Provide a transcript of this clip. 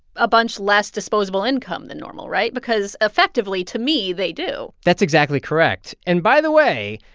ah bunch less disposable income than normal right? because effectively, to me, they do that's exactly correct. and by the way,